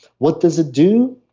what does it do?